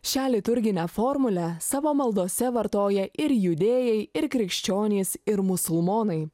šią liturginę formulę savo maldose vartoja ir judėjai ir krikščionys ir musulmonai